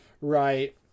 Right